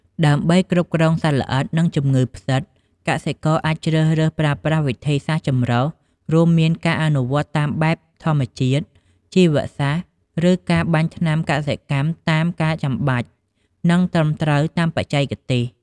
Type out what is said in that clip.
ដើម្បីគ្រប់គ្រងសត្វល្អិត និងជំងឺផ្សិត កសិករអាចជ្រើសរើសប្រើប្រាស់វិធីសាស្រ្តចម្រុះ រួមមានការអនុវត្តតាមបែបធម្មជាតិ ជីវសាស្រ្ត ឬការបាញ់ថ្នាំកសិកម្មតាមការចាំបាច់ និងត្រឹមត្រូវតាមបច្ចេកទេស។